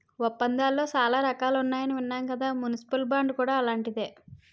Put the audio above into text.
ఒప్పందాలలో చాలా రకాలున్నాయని విన్నాం కదా మున్సిపల్ బాండ్ కూడా అలాంటిదే